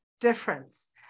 difference